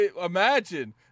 imagine